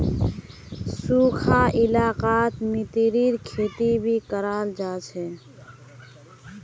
सुखखा इलाकात मतीरीर खेती भी कराल जा छे